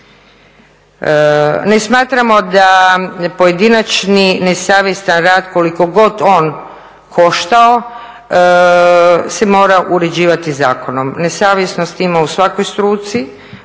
Ne smatramo da pojedinačni nesavjestan rad, koliko god on koštao, se mora uređivati zakonom. Nesavjesnosti ima u svakoj struci,